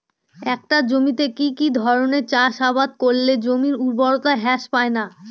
একটা জমিতে কি কি ধরনের চাষাবাদ করলে জমির উর্বরতা হ্রাস পায়না?